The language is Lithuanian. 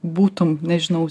būtum nežinau